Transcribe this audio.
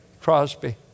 Crosby